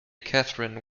catherine